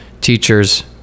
teachers